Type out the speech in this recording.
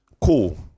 cool